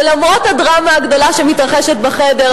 ולמרות הדרמה הגדולה שמתרחשת בחדר,